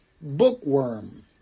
Bookworm